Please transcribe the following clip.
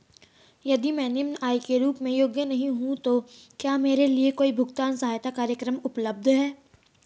यदि मैं निम्न आय के रूप में योग्य नहीं हूँ तो क्या मेरे लिए कोई भुगतान सहायता कार्यक्रम उपलब्ध है?